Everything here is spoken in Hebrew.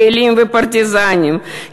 חיילים ופרטיזנים,